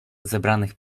zebranych